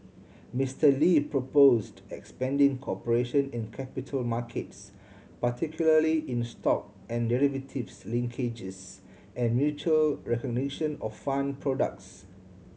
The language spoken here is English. Mister Lee proposed expanding cooperation in capital markets particularly in stock and derivatives linkages and mutual recognition of fund products